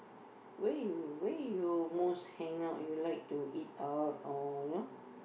where you where you most hang out you like to eat out or you know